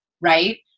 right